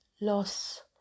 Loss